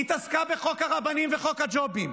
היא התעסקה בחוק הרבנים וחוק הג'ובים.